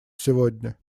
сегодня